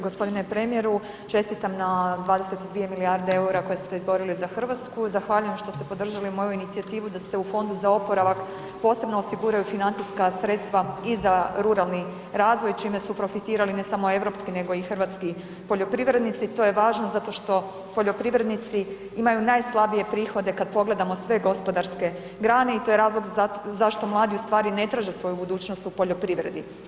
Gospodine premijeru čestitam na 22 milijarde EUR-a koje ste izborili za Hrvatsku, zahvaljujem što ste podržali moju inicijativu da se u Fondu za oporavak posebno osiguraju financijska sredstva i za ruralni razvoj čime su profitirali ne samo europski nego i hrvatski poljoprivrednici, to je važno zašto što poljoprivrednici imaju najslabije prihode kad pogledamo sve gospodarske grane i to je razlog zašto mladi zapravo ne traže svoju budućnost u poljoprivredi.